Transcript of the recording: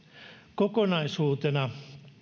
kokonaisuutena